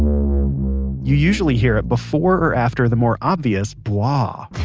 you usually hear it before or after the more obvious bwah ah